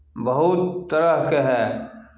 बहुत तरहके हए